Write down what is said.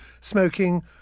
smoking